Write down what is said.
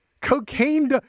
Cocaine